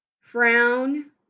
Frown